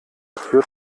führt